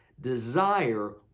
desire